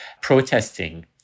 protesting